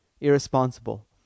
irresponsible